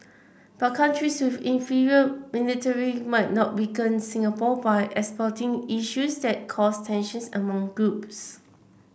but countries with inferior military might not weaken Singapore by exploiting issues that cause tensions among groups